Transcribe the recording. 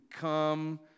come